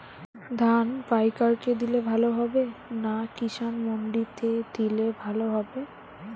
ধান পাইকার কে দিলে ভালো হবে না কিষান মন্ডিতে দিলে ভালো হবে?